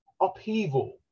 upheaval